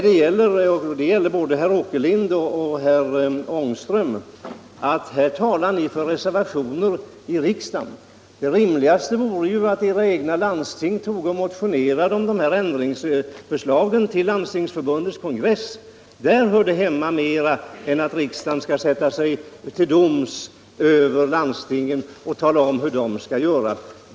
Det gäller både herr Åkerlind och herr Ångström, att här talar ni för reservationer i riksdagen, medan det rimligaste vore att era egna landsting motionerade om de här ändringsförstlagen till Landstingsförbundets kongress. Det är bättre att de behandlas där än alt riksdagen skall sätta sig till doms över landstingen och tala om hur de skall göra.